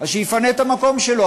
אז שיפנה את המקום שלו.